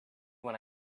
when